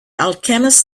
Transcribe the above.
alchemist